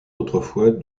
autrefois